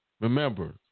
remember